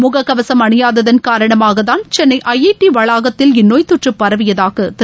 முகக்கவசம் அணியாததன் காரணமாகதான் சென்னை ஐஐடி வளாகத்தில் இந்நோய்த்தொற்று பரவியதாக திரு